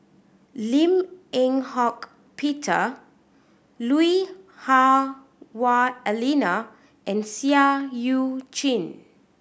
Lim Eng Hock Peter Lui Hah Wah Elena and Seah Eu Chin